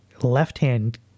left-hand